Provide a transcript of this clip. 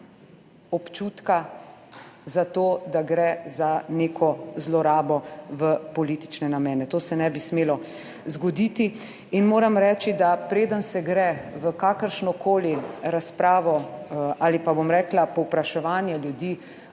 občutka za to, da gre za neko zlorabo v politične namene. To se ne bi smelo zgoditi. Moram reči, da preden se gre v kakršnokoli razpravo ali pa, bom rekla, povpraševanje ljudi